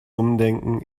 umdenken